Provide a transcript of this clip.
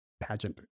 pageant